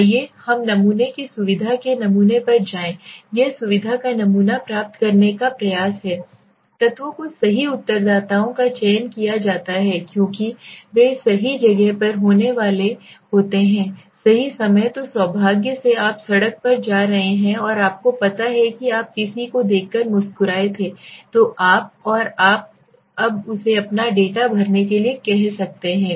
आइए हम नमूने की सुविधा के नमूने पर जाएं यह सुविधा का नमूना प्राप्त करने का प्रयास है तत्वों को सही उत्तरदाताओं का चयन किया जाता है क्योंकि वे सही जगह पर होने वाले होते हैं सही समय तो सौभाग्य से आप सड़क पर जा रहे हैं और आपको पता है कि आप किसी को देखकर मुस्कुराए थे आप और आप अब उसे अपना डेटा भरने के लिए कह रहे हैं